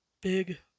big